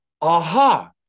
aha